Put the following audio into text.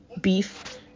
beef